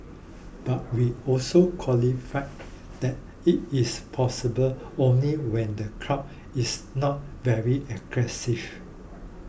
but we also qualify that it is possible only when the crowd is not very aggressive